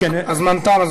הזמן תם,